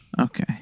Okay